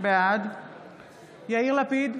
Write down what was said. בעד יאיר לפיד,